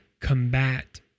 combat